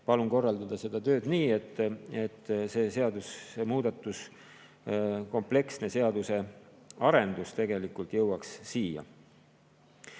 palun korraldada seda tööd nii, et see seadusemuudatus, kompleksne seaduse arendus tegelikult jõuaks siia.